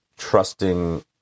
trusting